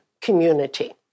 community